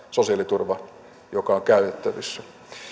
sosiaaliturva joka on käytettävissä